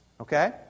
Okay